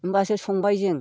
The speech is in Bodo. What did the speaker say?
होनबासो संबाय जों